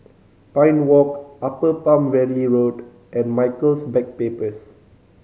Pine Walk Upper Palm Valley Road and Michaels Backpackers